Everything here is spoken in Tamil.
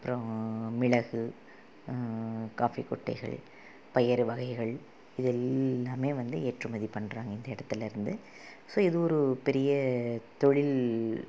அப்றம் மிளகு காஃபி கொட்டைகள் பயறு வகைகள் இதெல்லாமே வந்து ஏற்றுமதி பண்றாங்க இந்த இடத்துலேருந்து ஸோ இது ஒரு பெரிய தொழில்